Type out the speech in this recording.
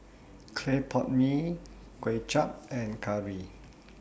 Clay Pot Mee Kway Chap and Curry